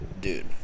Dude